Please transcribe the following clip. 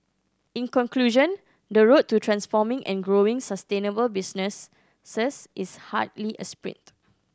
in conclusion the road to transforming and growing sustainable business is hardly a sprint